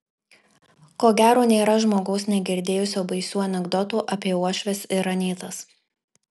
ko gero nėra žmogaus negirdėjusio baisių anekdotų apie uošves ir anytas